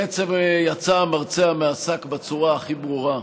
בעצם יצא המרצע מהשק בצורה הכי ברורה.